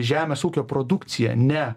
žemės ūkio produkciją ne